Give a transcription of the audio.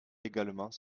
également